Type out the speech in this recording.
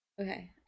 Okay